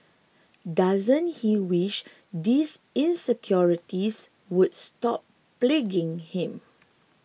doesn't he wish these insecurities would stop plaguing him